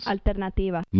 Alternativa